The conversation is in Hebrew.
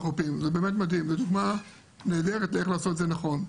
זאת דוגמה נהדרת איך לעשות את זה נכון,